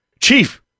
Chief